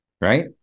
right